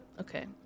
Okay